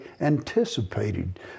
anticipated